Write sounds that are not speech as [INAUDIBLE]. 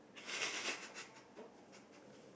[LAUGHS]